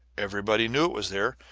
everybody knew it was there,